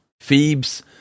Phoebe's